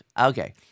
okay